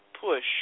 push